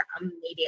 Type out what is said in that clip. immediately